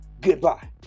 goodbye